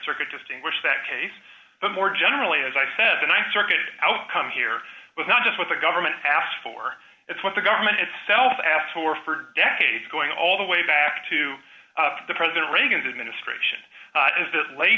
circuit distinguish that case but more generally as i said the th circuit outcome here was not just what the government asked for it's what the government itself asked for for decades going all the way back to the president reagan's administration is that la